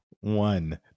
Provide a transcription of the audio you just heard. one